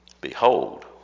Behold